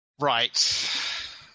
right